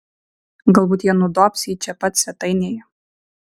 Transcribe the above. galbūt jie nudobs jį čia pat svetainėje